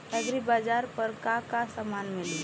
एग्रीबाजार पर का का समान मिली?